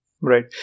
Right